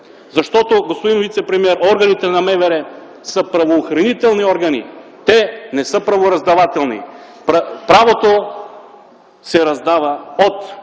лицето. Господин вицепремиер, органите на МВР са правоохранителни органи. Те не са правораздавателни. Правото се раздава от